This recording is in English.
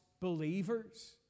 believers